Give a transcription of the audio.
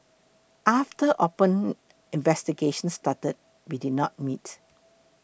after open investigations started we did not meet